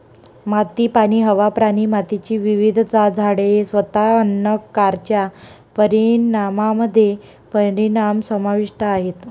माती, पाणी, हवा, प्राणी, मातीची विविधता, झाडे, स्वतः अन्न कारच्या परिणामामध्ये परिणाम समाविष्ट आहेत